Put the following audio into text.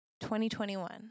2021